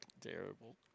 terrible